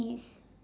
is